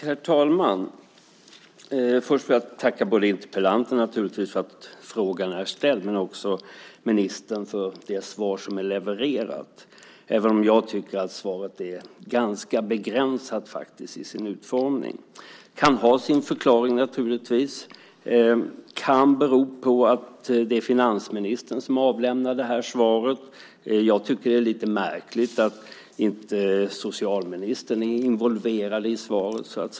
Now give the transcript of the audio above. Herr talman! Först vill jag naturligtvis tacka interpellanten för att interpellationen framställts men också ministern för det svar som är levererat. Men jag tycker att svaret faktiskt är ganska begränsat till sin utformning. Det kan naturligtvis ha sin förklaring. Det kan bero på att det är finansministern som avlämnar svaret. Jag tycker att det är lite märkligt att inte socialministern så att säga är involverad i svaret.